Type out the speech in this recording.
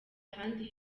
ahandi